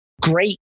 great